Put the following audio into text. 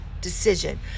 decision